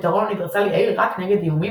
פתרון אוניברסלי יעיל רק נגד איומים